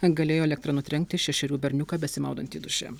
galėjo elektra nutrenkti šešerių berniuką besimaudantį duše